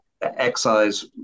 excise